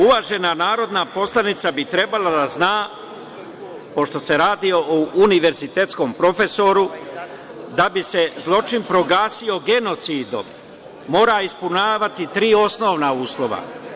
Uvažena narodna poslanica bi trebalo da zna, pošto se radi o univerzitetskom profesoru, da bi se zločin proglasio genocidom, mora ispunjavati tri osnovna uslova.